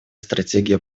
стратегия